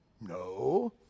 No